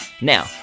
Now